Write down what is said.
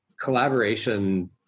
collaboration